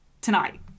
tonight